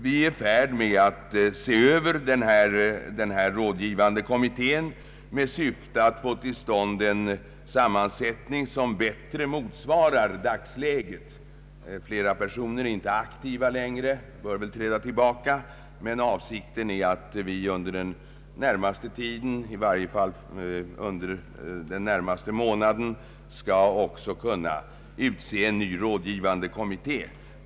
Vi är i färd med att se över den rådgivande kommittén i syfte att få till stånd en sammansättning som bättre motsvarar dagsläget. Flera personer är inte aktiva längre och bör väl träda tillbaka, men avsikten är att vi under den närmaste månaden också skall kunna utse en ny rådgivande kommitté.